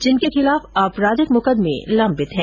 जिन के खिलाफ आपराधिक मुकदमे लम्बित हैं